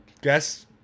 Guess